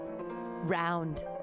round